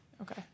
Okay